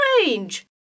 strange